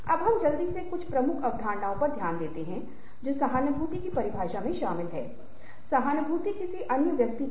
तो मूल रूप से इसका क्या अर्थ है कि आप चारों ओर घूमते हैं और आप अपने दोस्त को देखते हैं और आप बातचीत करना शुरू करते हैं